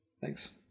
Thanks